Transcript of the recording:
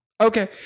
Okay